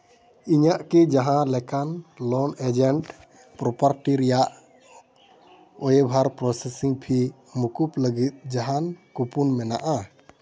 ᱤᱧᱟᱹᱜ ᱠᱤ ᱡᱟᱦᱟᱸ ᱞᱮᱠᱟᱱ ᱞᱳᱱ ᱮᱡᱮᱱᱴ ᱯᱨᱚᱯᱟᱨ ᱴᱤ ᱨᱮᱭᱟᱜ ᱳᱭᱮᱵᱷᱟᱨ ᱯᱨᱚᱥᱮᱥᱤᱝ ᱯᱷᱤ ᱢᱩᱠᱩᱵ ᱞᱟᱹᱜᱤᱫ ᱡᱟᱦᱟᱱ ᱠᱩᱯᱚᱱ ᱢᱮᱱᱟᱜᱼᱟ